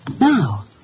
Now